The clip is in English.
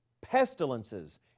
pestilences